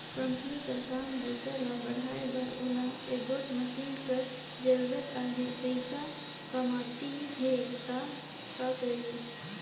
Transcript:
Company कर काम बूता ल बढ़ाए बर ओला एगोट मसीन कर जरूरत अहे, पइसा कमती हे त का करी?